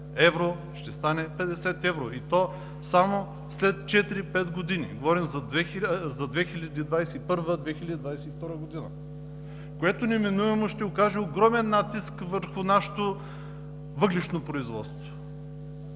евро ще стане 50 евро, и то само след 4-5 години, говорим за 2021 – 2022 г. Ще окаже огромен натиск върху нашето въглищно производство